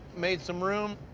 made some room.